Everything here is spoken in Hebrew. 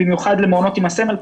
במיוחד למעונות עם הסמל,